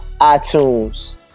iTunes